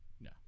no